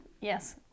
Yes